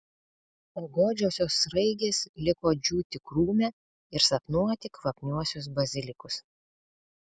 o godžiosios sraigės liko džiūti krūme ir sapnuoti kvapniuosius bazilikus